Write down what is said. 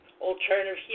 alternative